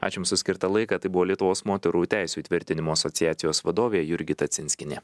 aš jums už skirtą laiką tai buvo lietuvos moterų teisių įtvirtinimo asociacijos vadovė jurgita cinskienė